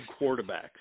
quarterbacks